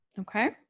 Okay